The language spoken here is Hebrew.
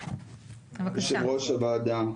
יושבת ראש הוועדה,